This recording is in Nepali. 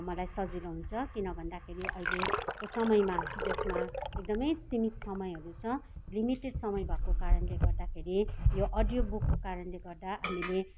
मलाई सजिलो हुन्छ किन भन्दाखेरि अहिलेको समयमा जसमा एकदमै सीमित समयहरू छ लिमिटेड समय भएँको कारणले गर्दाखेरि यो अडियो बुकको कारणले गर्दा हामीले